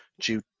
due